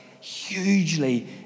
hugely